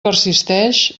persisteix